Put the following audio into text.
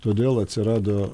todėl atsirado